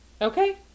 Okay